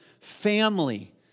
family